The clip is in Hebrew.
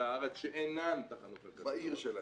הארץ שאינן תחנות מרכזיות --- כל אחד בעיר שלו.